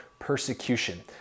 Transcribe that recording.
persecution